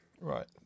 Right